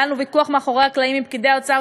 היה לנו ויכוח מאחורי הקלעים עם פקידי האוצר,